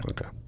Okay